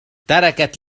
تركت